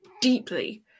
deeply